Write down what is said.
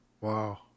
Wow